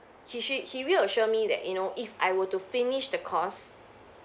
he she he reassure me that you know if I were to finish the course